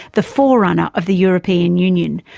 the forerunner of the european union,